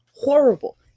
horrible